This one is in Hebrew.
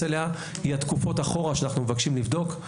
אליה היא התקופות אחורה שאנחנו מבקשים לבדוק.